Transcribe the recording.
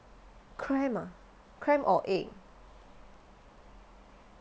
cramp ah cramp or ache